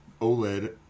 OLED